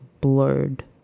blurred